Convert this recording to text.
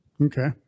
Okay